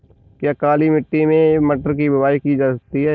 क्या काली मिट्टी में मटर की बुआई की जा सकती है?